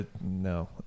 No